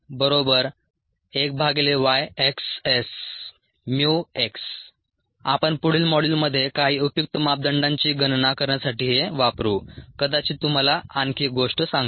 rS1YxSrx1YxSμx आपण पुढील मॉड्यूलमध्ये काही उपयुक्त मापदंडांची गणना करण्यासाठी हे वापरू कदाचित तुम्हाला आणखी एक गोष्ट सांगतो